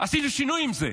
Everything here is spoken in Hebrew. עשינו שינוי עם זה,